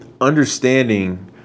understanding